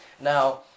Now